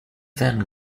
then